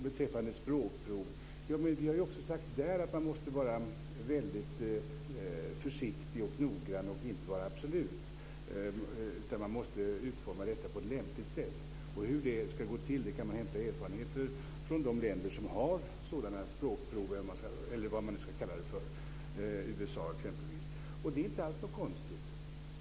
Beträffande språkprov har vi sagt att man också måste vara väldigt försiktig och noggrann och inte vara absolut, utan man måste utforma detta på ett lämpligt sätt. För att få veta hur det ska gå till kan man hämta erfarenheter från de länder som har sådana språkprov, eller vad man ska kalla det, exempelvis USA. Det är inte alls konstigt.